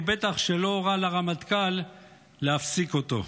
ובטח שלא הורה לרמטכ"ל להפסיק אותו.